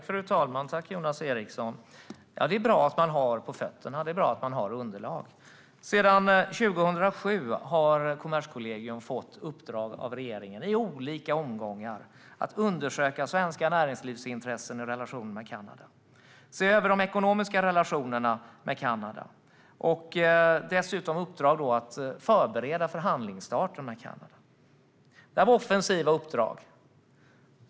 Fru talman! Det är bra att man har på fötterna, Jonas Eriksson. Det är bra att man har underlag. Sedan 2007 har Kommerskollegium i olika omgångar fått i uppdrag av regeringen att undersöka svenska näringslivsintressen i relation till Kanada och att se över de ekonomiska relationerna med Kanada. Dessutom har de fått i uppdrag att förbereda förhandlingsstarten med Kanada. Detta är offensiva uppdrag.